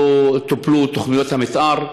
לא טופלו תוכניות המתאר.